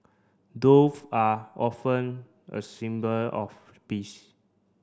dove are often a symbol of peace